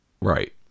Right